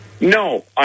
No